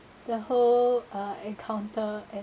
the whole uh encounter and